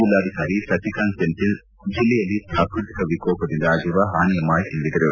ಜಿಲ್ಲಾಧಿಕಾರಿ ಸಸಿಕಾಂತ್ ಸೆಂಥಿಲ್ ಜಿಲ್ಲೆಯಲ್ಲಿ ಪ್ರಾಕೃತಿಕ ವಿಕೋಪದಿಂದ ಆಗಿರುವ ಪಾನಿಯ ಮಾಹಿತಿ ನೀಡಿದರು